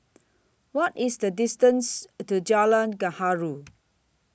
What IS The distance to Jalan Gaharu